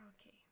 Okay